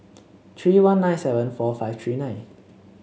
three one nine seven four five three nine